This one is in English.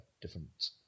different